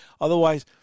Otherwise